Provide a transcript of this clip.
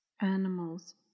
animals